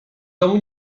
domu